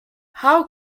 how